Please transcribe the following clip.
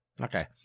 Okay